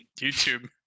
YouTube